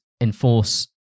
enforce